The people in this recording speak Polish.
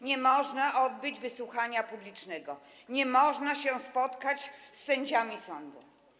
Nie można przeprowadzić wysłuchania publicznego, nie można się spotkać z sędziami sądu.